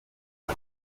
and